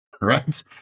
right